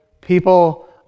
people